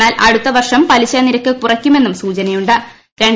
എന്നാൽ അടുത്ത വർഷം പലിശനിരക്ക് കുറയ്ക്കുമെന്നും സൂചനയുണ്ട്